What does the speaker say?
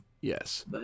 Yes